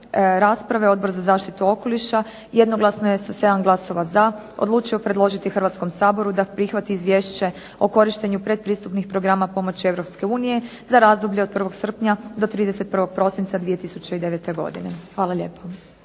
rasprave Odbor za zaštitu okoliša jednoglasno je sa 7 glasova za odlučio predložiti Hrvatskom saboru da prihvati Izvješće o korištenju pretpristupnih programa pomoći Europske unije za razdoblje od 1. srpnja do 31. prosinca 2009. godine. Hvala lijepo.